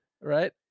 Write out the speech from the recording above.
right